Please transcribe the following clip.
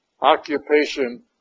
occupation